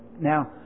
Now